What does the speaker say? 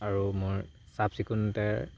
আৰু মোৰ চাফ চিকুণতা